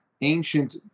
ancient